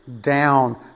down